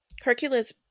Hercules